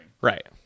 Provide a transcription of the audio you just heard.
Right